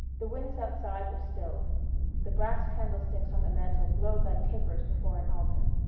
the winds outside were stilled the brass candlesticks on the mantel glowed like tapers before an altar.